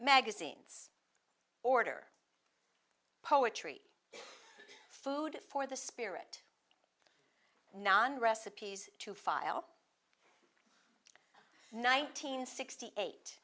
magazines order poetry food for the spirit non recipes to file nine hundred sixty eight